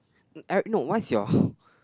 no what's your